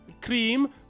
cream